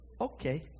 Okay